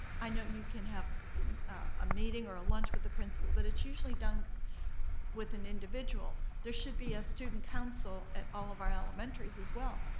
i know you can have a meeting or a lunch with the principal, but it's usually done with an individual. there should be a student council at all of our elementaries as well,